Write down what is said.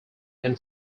can